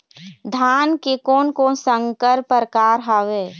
धान के कोन कोन संकर परकार हावे?